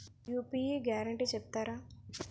UPI guarantee చెప్తారా?